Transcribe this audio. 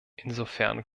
insofern